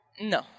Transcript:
No